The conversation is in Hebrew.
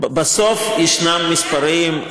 בסוף יש מספרים,